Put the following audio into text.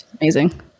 amazing